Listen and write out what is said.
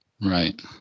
Right